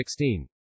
16